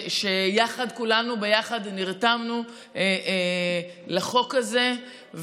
ויחד כולנו נרתמנו לחוק הזה.